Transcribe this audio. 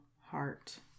heart